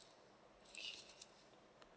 K